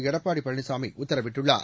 எடப்பாடு படினிச்சாமி உத்தரவிட்டுள்ளார்